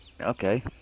Okay